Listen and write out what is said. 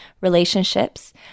relationships